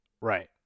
Right